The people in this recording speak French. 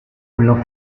voulant